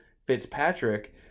Fitzpatrick